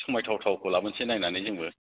एसे समाय थावथावखौ लाबोनोसै जोंबो